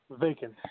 vacant